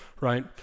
right